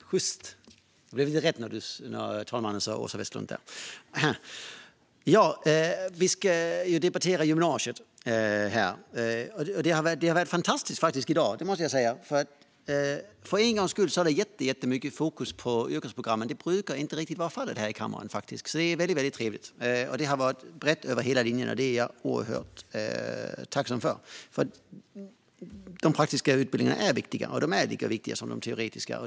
Herr talman! Jag vill börja med att yrka bifall till reservation 6. Jag hoppas att det blir rätt nu. Ja, sjyst! Det är rätt när förste vice talmannen säger Åsa Westlund. Vi ska debattera gymnasiet här. Jag måste säga att det har varit fantastiskt i dag. För en gångs skull har debatten haft jättemycket fokus på yrkesprogrammen. Det brukar inte vara fallet i kammaren. Det är väldigt trevligt. Det har varit brett över hela linjen. Det är jag oerhört tacksam för. De praktiska utbildningarna är viktiga. De är lika viktiga som de teoretiska.